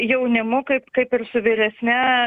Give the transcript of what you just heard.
jaunimu kaip kaip ir su vyresne